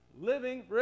living